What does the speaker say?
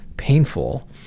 painful